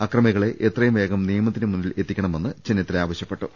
അക്രമികളെ എത്രയും വേഗം നിയമത്തിന് മുന്നിൽ എത്തിക്കണമെന്ന് ചെന്നിത്തല ആവശ്യപ്പെട്ടു